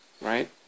right